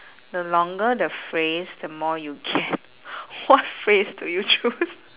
the longer the phrase the more you get what phrase do you choose